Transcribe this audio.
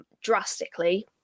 drastically